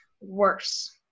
worse